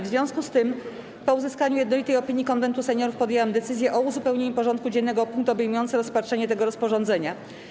W związku z tym, po uzyskaniu jednolitej opinii Konwentu Seniorów, podjęłam decyzję o uzupełnieniu porządku dziennego o punkt obejmujący rozpatrzenie tego rozporządzenia.